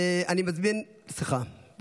סליחה,